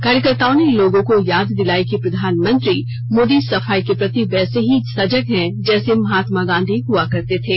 कार्यकर्ताओं ने लोगों को याद दिलाई कि प्रधानमंत्री मोदी सफाई के प्रति वैसे ही सजग हैं जैसे महात्मा गांधी हुआ करते थे